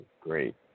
great